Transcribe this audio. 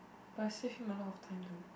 but I save him a lot of time though